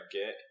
get